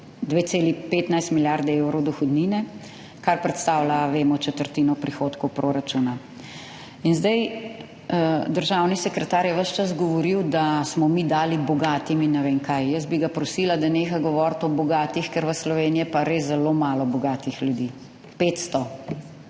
2,15 milijard evrov dohodnine, kar predstavlja, vemo, četrtino prihodkov proračuna. In zdaj državni sekretar je ves čas govoril, da smo mi dali bogatim in ne vem kaj. Jaz bi ga prosila, da neha govoriti o bogatih, ker v Sloveniji je pa res zelo malo bogatih ljudi,